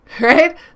right